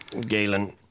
Galen